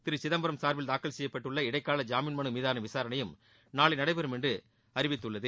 திரு சிதம்பரம் சார்பில் தாக்கல் செய்யப்பட்டுள்ள இடைக்கால ஜாமீன் மனு மீதான விசாரணையையும் நாளை நடைபெறும் என்று அறிவித்துள்ளது